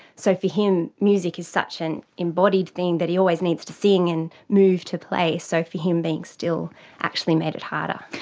so for him, music is such an embodied thing that he always needs to sing and move to play, so for him being still actually made it harder.